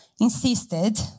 insisted